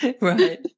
Right